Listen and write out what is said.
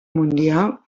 mundial